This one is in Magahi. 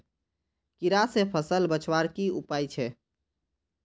कीड़ा से फसल बचवार की उपाय छे?